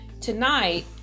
Tonight